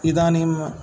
इदानीं